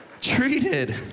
Treated